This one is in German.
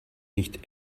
nicht